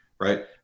right